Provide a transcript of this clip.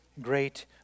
great